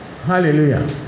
Hallelujah